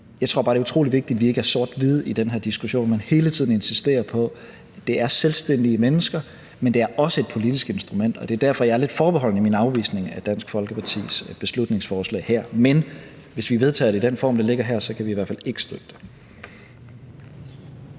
jeg tror bare, det er utrolig vigtigt, at vi ikke er sort-hvide i den her diskussion, men hele tiden insisterer på, at det er selvstændige mennesker, men at det også er et politisk instrument. Og det er derfor, at jeg er lidt forbeholden i min afvisning af Dansk Folkepartis beslutningsforslag her, men hvis vi skal stemme om det i den form, det ligger her, kan vi i hvert fald ikke støtte